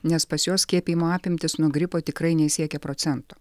nes pas juos skiepijimo apimtys nuo gripo tikrai nesiekia procento